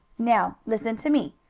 now listen to me.